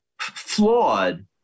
flawed